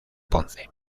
ponce